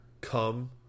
come